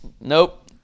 nope